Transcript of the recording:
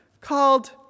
called